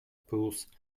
polls